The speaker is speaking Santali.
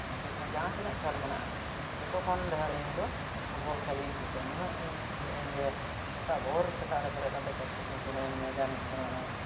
ᱡᱚᱛᱚ ᱡᱟᱦᱟᱸ ᱛᱤᱱᱟᱹᱜ ᱠᱷᱮᱞ ᱢᱮᱱᱟᱜᱼᱟ ᱡᱚᱛᱚ ᱠᱷᱚᱱ ᱰᱷᱮᱨ ᱤᱧᱫᱚ ᱯᱷᱩᱴᱵᱚᱞ ᱠᱷᱮᱞᱜᱤᱧ ᱠᱩᱥᱤᱭᱟᱜᱼᱟ ᱱᱩᱱᱟᱹᱜ ᱤᱧ ᱠᱩᱥᱤᱭᱟᱜ ᱟᱹᱧ ᱡᱮ ᱥᱮᱛᱟᱜ ᱵᱷᱳᱨ ᱥᱮᱛᱟᱜ ᱨᱮ ᱵᱮᱨᱮᱫ ᱠᱟᱛᱮ ᱯᱨᱮᱠᱴᱤᱥᱤᱧ ᱥᱮᱱᱚᱜ ᱟᱹᱧ ᱢᱚᱭᱫᱟᱱᱤᱧ ᱥᱮᱱᱚᱜ ᱟᱹᱧ